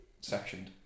Sectioned